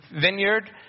vineyard